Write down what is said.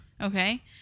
Okay